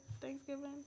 Thanksgiving